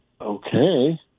okay